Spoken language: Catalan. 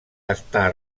està